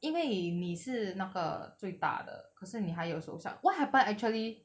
因为你是那个最大的可是你还有手上 what happened actually